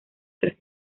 tres